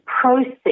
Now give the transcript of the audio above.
process